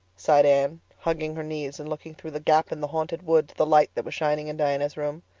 sighed anne, hugging her knees and looking through the gap in the haunted wood the light that was shining in diana's room.